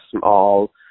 small